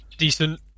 Decent